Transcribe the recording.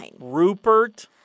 Rupert